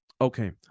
Okay